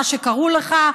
מה שקראו לך,